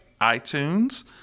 iTunes